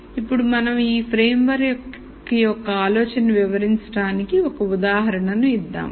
ఇక్కడ మనం ఈ ఫ్రేమ్ వర్క్ యొక్క ఆలోచనను వివరించడానికి ఒక ఉదాహరణను ఇద్దాం